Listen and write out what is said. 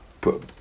put